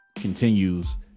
continues